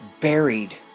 buried